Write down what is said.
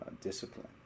discipline